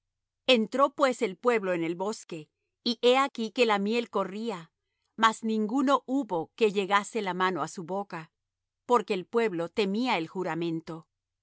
entró pues el pueblo en el bosque y he aquí que la miel corría mas ninguno hubo que llegase la mano á su boca porque el pueblo temía el juramento